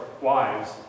wives